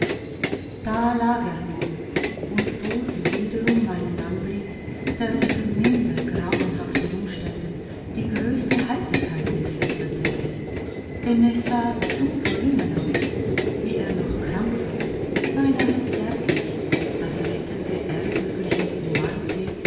da lag er nun und bot wiederum einen anblick der unter minder grauenhaften umständen die größte heiterkeit entfesselt hätte denn es sah zu gelungen aus wie er noch krampfhaft beinahe zärtlich das rettende erdhügelchen